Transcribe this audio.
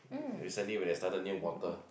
recently when they started new water